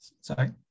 Sorry